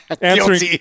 Answering